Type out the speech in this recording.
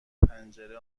پنجره